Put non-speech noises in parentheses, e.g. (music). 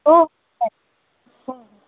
हो (unintelligible) हो हो